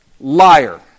Liar